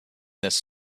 this